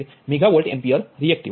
69 megavolt ampere reactive